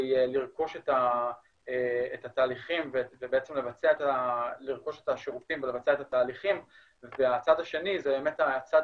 לרכוש את השירותים ולבצע את התהליכים והצד השני זה הצד